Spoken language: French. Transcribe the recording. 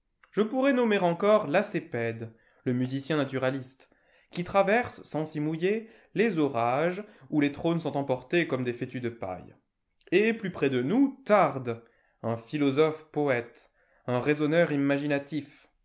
je pourrais nommer encore lacépède le musicien naturaliste qui traverse sans s'y mouiller les orages où les trônes sont emportés comme des fétus de paille et plus près de nous tarde un philosophe poète un raisonneur imaginatif